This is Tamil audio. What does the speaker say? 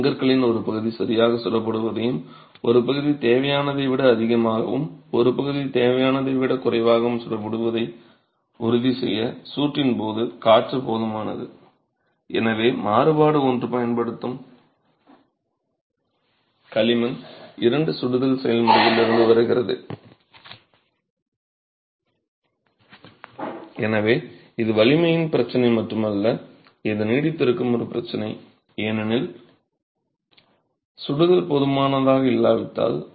செங்கற்களின் ஒரு பகுதி சரியாக சுடப்படுவதையும் ஒரு பகுதி தேவையானதை விட அதிகமாகவும் ஒரு பகுதி தேவையானதை விட குறைவாகவும் சுடப்படுவதை உறுதிசெய்ய சூட்டின் போது காற்று போதுமானது